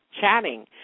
chatting